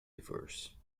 diverse